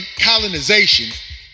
colonization